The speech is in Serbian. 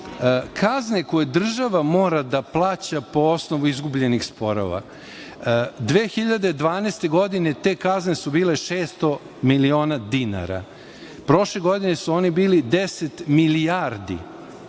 kazne koje država mora da plaća po osnovu izgubljenih sporova. Godine 2012. te kazne su bile 600 miliona dinara, prošle godine su one bile 10 milijardi,